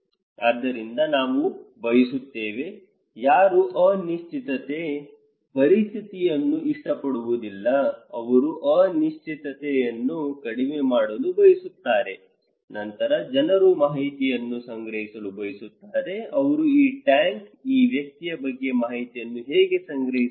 ಆದ್ದರಿಂದ ನಾವು ಬಯಸುತ್ತೇವೆ ಯಾರೂ ಅನಿಶ್ಚಿತ ಪರಿಸ್ಥಿತಿಯನ್ನು ಇಷ್ಟಪಡುವುದಿಲ್ಲ ಅವರು ಅನಿಶ್ಚಿತತೆಯನ್ನು ಕಡಿಮೆ ಮಾಡಲು ಬಯಸುತ್ತಾರೆ ನಂತರ ಜನರು ಮಾಹಿತಿಯನ್ನು ಸಂಗ್ರಹಿಸಲು ಬಯಸುತ್ತಾರೆ ಅವರು ಈ ಟ್ಯಾಂಕ್ ಈ ವ್ಯಕ್ತಿಯ ಬಗ್ಗೆ ಮಾಹಿತಿಯನ್ನು ಹೇಗೆ ಸಂಗ್ರಹಿಸಬಹುದು